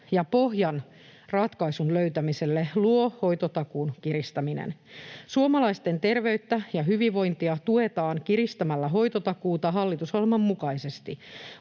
ja pohjan ratkaisun löytämiselle luo hoitotakuun kiristäminen. Suomalaisten terveyttä ja hyvinvointia tuetaan kiristämällä hoitotakuuta hallitusohjelman mukaisesti.